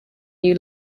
new